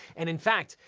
and in fact,